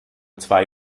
zwei